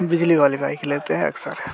बिजली वाले बाइक लेते हैं अक्सर